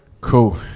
Cool